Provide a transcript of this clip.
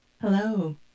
Hello